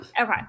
Okay